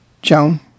Joan